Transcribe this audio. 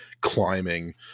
climbing